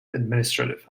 administrative